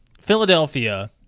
philadelphia